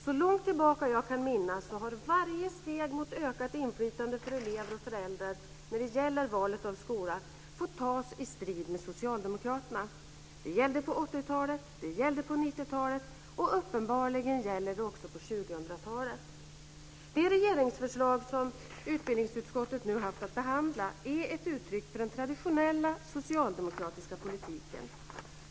Så långt tillbaka jag kan minnas har varje steg mot ökat inflytande för elever och föräldrar när det gäller valet av skola fått tas i strid med Socialdemokraterna. Det gällde på 80-talet, det gällde på 90-talet och uppenbarligen gäller det också på 2000-talet. Det regeringsförslag som utbildningsutskottet nu haft att behandla är ett uttryck för den traditionella socialdemokratiska politiken.